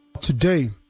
Today